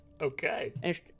Okay